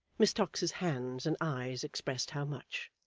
miss tox's hands and eyes expressed how much.